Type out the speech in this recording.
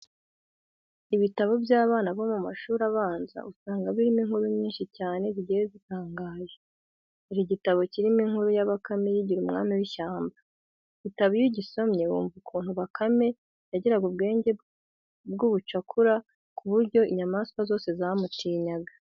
Ibitabo by'abana bo mu mashuri abanza usanga birimo inkuru nyinshi cyane zigiye zitangaje. Hari igitabo kirimo inkuru ya bakame yigira umwami w'ishyamba. Iki gitabo iyo ugisomye wumva ukuntu bakame yagiraga ubwenge bw'ubucakura ku buryo inyamaswa zose zamutinyaga.